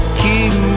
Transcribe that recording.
keep